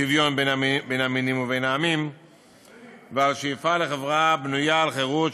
שוויון בין המינים ובין העמים והשאיפה לחברה הבנויה על חירות,